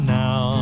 now